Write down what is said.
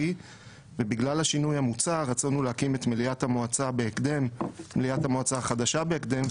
בגלל השינוי המוצע רצינו להקים את מליאת המועצה החדשה בהקדם,